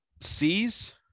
c's